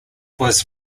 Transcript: was